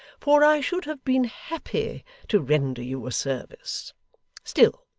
for i should have been happy to render you a service still,